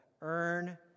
earn